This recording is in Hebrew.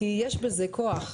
כי יש בזה כוח.